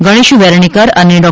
ગણેશ વેર્ણેકર અને ડૉ